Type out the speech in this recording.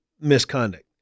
misconduct